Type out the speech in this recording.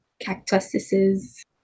cactuses